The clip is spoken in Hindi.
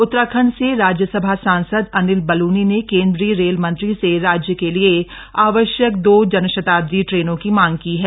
उत्तराखंड से राज्यसभा सांसद अनिल बलूनी ने केंद्रीय रेल मंत्री से राज्य के लिए आवश्यक दो जनशताब्दी ट्रेनों की मांग की है